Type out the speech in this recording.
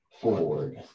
forward